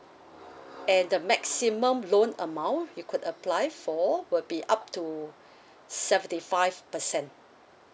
and the maximum loan amount you could apply for would be up to seventy five percent